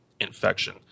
infection